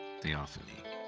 Theophany